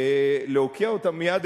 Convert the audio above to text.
להוקיע אותם מייד,